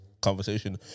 conversation